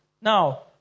Now